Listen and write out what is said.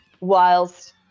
whilst